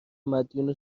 مدیون